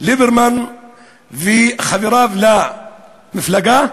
ליברמן וחבריו למפלגה,